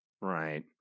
Right